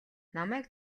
намайг